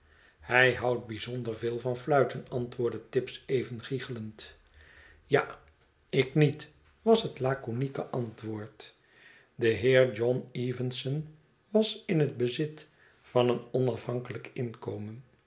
hy houdt bijzonder veel van fluiten antwoordde tibbs even giggelend ja ik niet was het laconieke antwoord de heer john evenson was in het bezit van een onaf hankelijk inkomen